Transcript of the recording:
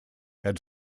had